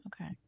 okay